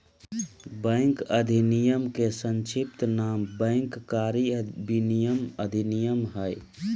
bank अधिनयम के संक्षिप्त नाम बैंक कारी विनयमन अधिनयम हइ